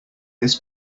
this